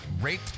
rate